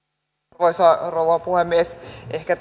arvoisa rouva puhemies ehkä